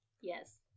Yes